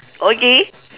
okay